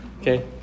okay